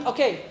Okay